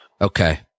Okay